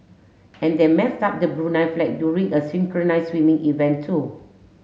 and they messed up the Brunei flag during a synchronise swimming event too